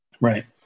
Right